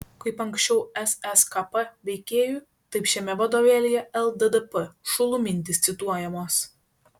kaip anksčiau sskp veikėjų taip šiame vadovėlyje lddp šulų mintys cituojamos